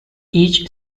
each